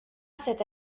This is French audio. cette